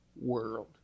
world